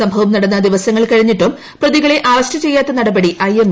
സംഭവം നടന്ന് ദിവസങ്ങൾ കഴിഞ്ഞിട്ടും പ്രതികളെ അറസ്റ്റ് ചെയ്യാത്ത നടപടി ഐഎംഎ അപലപിച്ചു